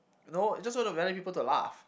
you know you just want to rally people to laugh